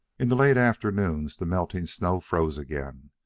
in the late afternoons the melting snow froze again,